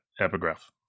epigraph